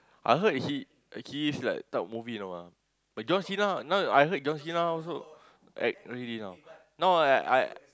I heard he he is like top movie now ah but John-Cena now I heard John-Cena also act already now now I I